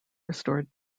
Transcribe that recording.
restored